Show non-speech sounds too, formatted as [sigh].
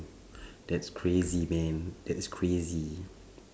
[breath] that's crazy man that's crazy